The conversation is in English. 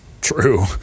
true